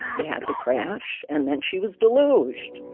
you had the crash. and then she was deluged